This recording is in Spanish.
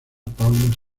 paula